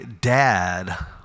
dad